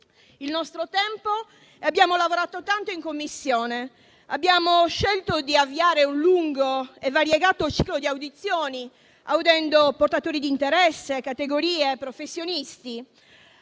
il nostro tempo e abbiamo lavorato tanto in Commissione. Abbiamo scelto di avviare un lungo e variegato ciclo di audizioni, audendo portatori di interesse, categorie, professionisti.